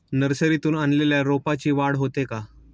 नर्सरीतून आणलेल्या रोपाची वाढ होते का?